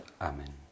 Amen